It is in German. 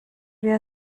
wir